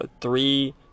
three